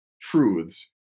truths